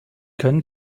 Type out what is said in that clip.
können